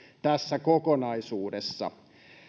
tässä kokonaisuudessa